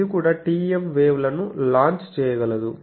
ఇది కూడా TEM wave లను లాంచ్ చేయగలదు